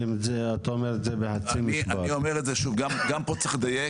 פה צריך לדייק.